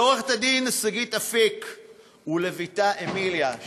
לעורכת-הדין שגית אפיק ולבתה אמיליה שהייתה,